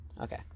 Okay